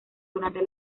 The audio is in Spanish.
durante